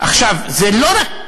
זה לא רק